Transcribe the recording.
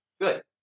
good